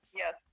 yes